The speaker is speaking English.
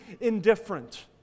indifferent